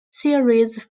series